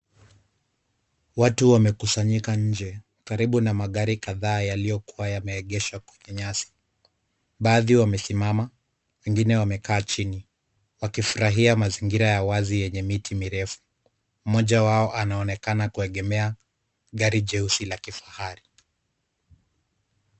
Watu wamekusanyika nje, karibu na magari kadhaa yaliyokuwa yameegeshwa kwenye nyasi. Baadhi wamesimama, wengine wamekaa chini. Wakifurahia mazingira ya wazi yenye miti mirefu. Mmoja wao anaonekana kuegemea gari jeusi la kifahari.